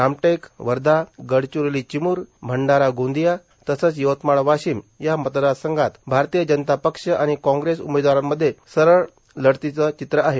रामटेक वर्धा गडचिरोली चिमूर भंडारा गोंदिया तसंच यवतमाळ वाशिम या मतदारसंघात भारतीय जनता पक्ष आणि काँग्रेस उमेदवारांमध्ये सरळ लढतीचं चित्र आहे